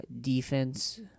defense